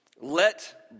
Let